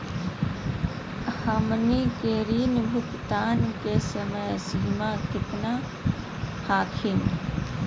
हमनी के ऋण भुगतान के समय सीमा केतना हखिन?